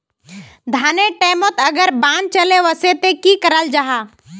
धानेर टैमोत अगर बान चले वसे ते की कराल जहा?